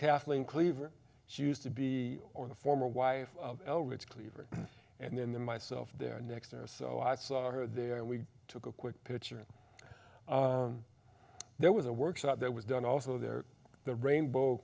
kathleen cleaver she used to be or the former wife eldridge cleaver and then the myself there next so i saw her there and we took a quick picture there was a works out that was done also there the rainbow